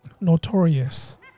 notorious